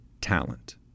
talent